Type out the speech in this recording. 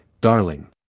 darling